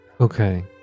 okay